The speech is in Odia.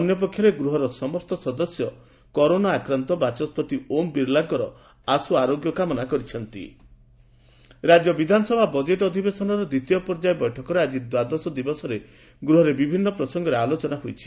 ଅନ୍ୟପକ୍ଷରେ ଗୂହର ସମସ୍ତ ସଦସ୍ୟ କରୋନା ଆକ୍ରାନ୍ତ ବାଚସ୍ବତି ଓମ୍ ବିଲାଙ୍କର ଆଶୁ ଆରୋଗ୍ୟ କାମନା କରିଛନ୍ତି ବିଧାନସଭା ରାକ୍ୟ ବିଧାନସଭା ବଜେଟ ଅଧିବେଶନର ଦିବତୀୟ ପର୍ଯ୍ୟାୟ ବୈଠକର ଆକି ଦ୍ୱାଦଶ ଦିବସରେ ଗୃହରେ ବିଭିନ୍ନ ପ୍ରସଙ୍ଗରେ ଆଲୋଚନା ହୋଇଛି